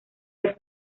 del